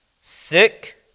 sick